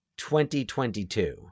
2022